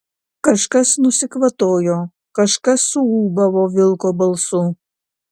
kažkas nusikvatojo kažkas suūbavo vilko balsu